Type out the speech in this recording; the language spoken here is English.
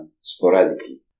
sporadically